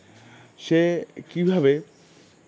সে কীভাবে